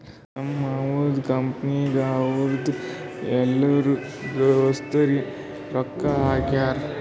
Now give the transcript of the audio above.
ನಮ್ದು ಮಾಮದು ಕಂಪನಿನಾಗ್ ಅವ್ರದು ಎಲ್ಲರೂ ದೋಸ್ತರೆ ರೊಕ್ಕಾ ಹಾಕ್ಯಾರ್